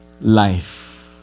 life